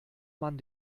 man